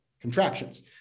contractions